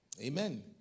Amen